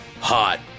Hot